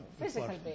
Physical